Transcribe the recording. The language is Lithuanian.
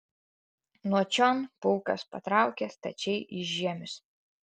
nuo čion pulkas patraukė stačiai į žiemius